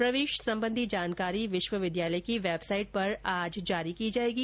प्रवेश संबंधी जानकारी विश्वविद्यालय की वेबसाइट पर आज जारी की जाएगी